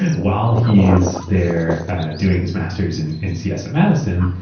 while he's there doing his master's in in cs at madison,